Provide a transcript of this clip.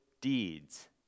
deeds